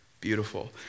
Beautiful